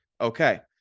Okay